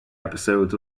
episodes